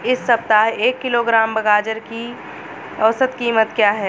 इस सप्ताह एक किलोग्राम गाजर की औसत कीमत क्या है?